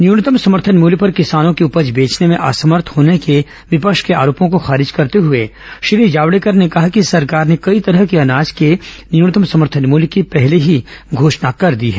न्यूनतम समर्थन मूल्य पर किसानों के उपज बेचने में असमर्थ होने के विपक्ष के आरोपो को खारिज करते हुए श्री जावड़ेकर ने कहा कि सरकार ने कई तरह के अनाज के न्यूनतम समर्थन मूल्य की पहले ही घोषणा कर दी है